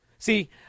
See